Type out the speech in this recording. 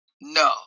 No